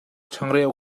changreu